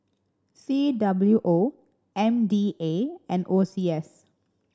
C W O M D A and O C S